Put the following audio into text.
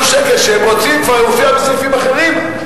שקל שהם רוצים כבר יופיע בסעיפים אחרים.